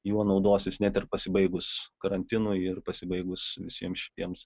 juo naudosis net ir pasibaigus karantinui ir pasibaigus visiems šitiems